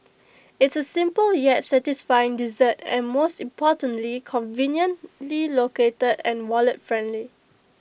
it's A simple yet satisfying dessert and most importantly conveniently located and wallet friendly